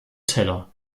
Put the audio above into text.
teller